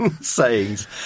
sayings